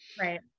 right